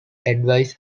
advise